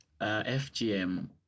FGM